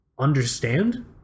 understand